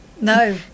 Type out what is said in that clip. No